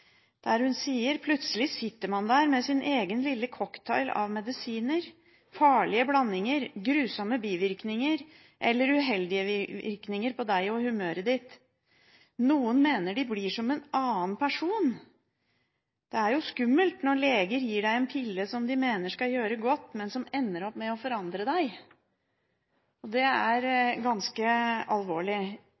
sitter man med sin egen lille cocktail av medisiner; farlige blandinger, grusomme bivirkninger eller uheldig virkning på deg og humøret ditt. Noen mener de blir som en annen person. Og er ikke det skummelt, når leger gir deg piller de mener skal gjøre godt, men ender opp med å forandre deg?» Det er ganske alvorlig.